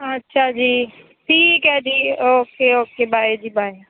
ਅੱਛਾ ਜੀ ਠੀਕ ਹੈ ਜੀ ਓਕੇ ਓਕੇ ਬਾਏ ਜੀ ਬਾਏ